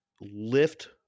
lift